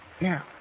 Now